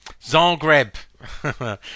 Zagreb